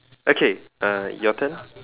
okay uh your turn